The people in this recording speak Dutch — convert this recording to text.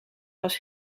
was